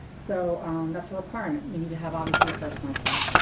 so that's a requirement. you need to have, obviously, the first month's rent.